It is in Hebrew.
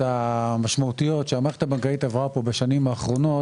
המשמעותיות שהמערכת הבנקאית עברה בשנים האחרונות.